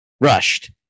rushed